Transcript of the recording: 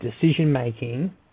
decision-making